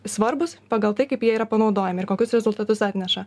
svarbūs pagal tai kaip jie yra panaudojami ir kokius rezultatus atneša